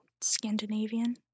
Scandinavian